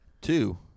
two